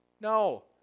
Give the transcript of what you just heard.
No